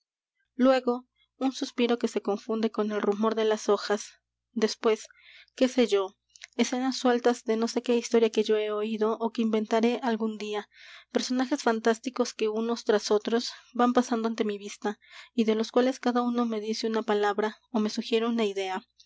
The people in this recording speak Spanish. luego un suspiro que se confunde con el rumor de las hojas después qué sé yo escenas sueltas de no sé qué historia que yo he oído ó que inventaré algún día personajes fantásticos que unos tras otros van pasando ante mi vista y de los cuales cada uno me dice una palabra ó me sugiere una idea